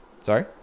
Sorry